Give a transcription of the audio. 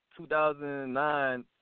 2009